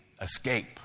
escape